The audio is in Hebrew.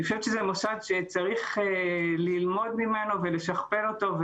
אני חושבת שזה מוסד שצריך ללמוד ממנו ולשכפל אותו,